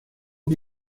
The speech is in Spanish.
que